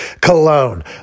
cologne